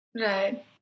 Right